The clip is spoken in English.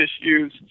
issues